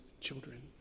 children